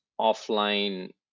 offline